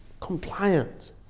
compliant